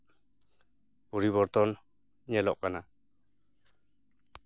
ᱯᱚᱨᱤᱵᱚᱨᱛᱚᱱ ᱧᱮᱞᱚᱜ ᱠᱟᱱᱟ